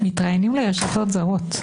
מתראיינים לרשתות זרות.